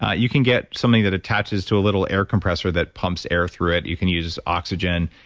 ah you can get something that attaches to a little air compressor that pumps air through it, you can use oxygen.